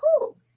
cool